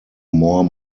more